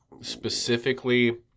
specifically